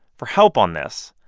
for help on this,